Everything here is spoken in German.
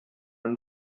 man